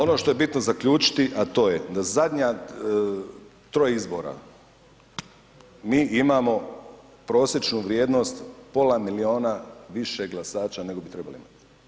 Ono što je bitno zaključiti, a to je da zadnja troje izbora mi imamo prosječnu vrijednost pola milijuna više glasača nego bi trebali imati.